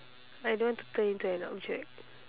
I don't want to turn into an object